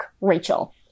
Rachel